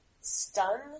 Stun